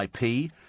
IP